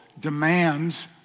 demands